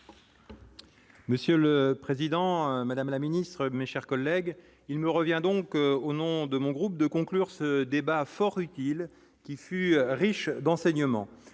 Monsieur le Président, Madame la Ministre, mes chers collègues, il nous revient donc au nom de mon groupe de conclure ce débat fort utile qui fut riche d'enseignements,